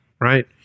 right